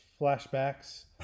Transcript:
flashbacks